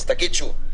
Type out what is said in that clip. אז תגיד שוב.